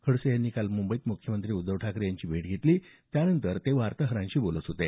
खडसे यांनी काल मुंबईत मुख्यमंत्री उद्धव ठाकरे यांची भेट घेतली त्यानंतर ते वार्ताहरांशी बोलत होते